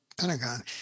Pentagon